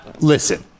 listen